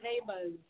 neighbors